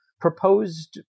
proposed